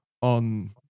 on